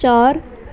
ਚਾਰ